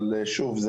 אבל שוב,